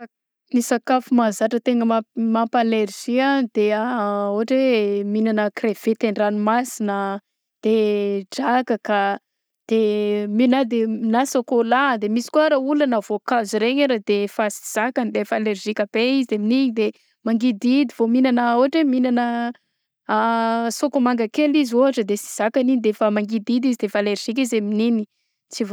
Ny sakafo mahazatra tegna mampa-alergie de ohatra hoe mihignana krevety andranomasina de drakaka de mena de na sôkôla de misy ko ary olona na voankazo regny ary de efa sy zakagny de efa alergique be izy amign'igny de magidihidy vao mihignana ôhatra hoe mihingana a sakoa manga kely izy ôhatra de tsy zakagny igny de efa mangihidy izy de efa alergika izy aming'iny, tsy voat-